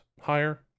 higher